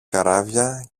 καράβια